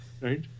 right